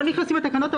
לא נכנסים בתקנות,